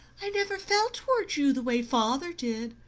i never felt toward you the way father did,